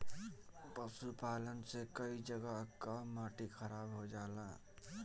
पशुपालन से कई जगह कअ माटी खराब हो जाला